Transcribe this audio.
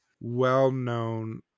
well-known